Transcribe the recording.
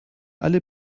alle